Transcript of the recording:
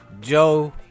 joe